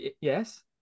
yes